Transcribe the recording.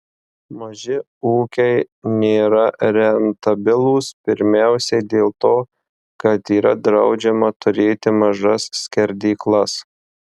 maži ūkiai nėra rentabilūs pirmiausia dėl to kad yra draudžiama turėti mažas skerdyklas